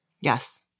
Yes